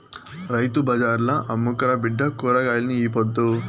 రైతు బజార్ల అమ్ముకురా బిడ్డా కూరగాయల్ని ఈ పొద్దు